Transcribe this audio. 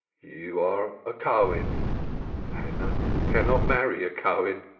you are a cohen hannah cannot marry a cohen.